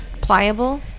pliable